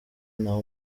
naho